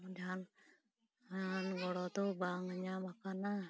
ᱡᱟᱦᱟᱱ ᱜᱚᱲᱚ ᱫᱚ ᱵᱟᱝ ᱧᱟᱢᱟᱠᱟᱱᱟ